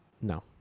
No